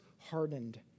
hardened